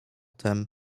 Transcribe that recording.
tem